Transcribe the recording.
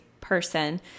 person